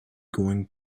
going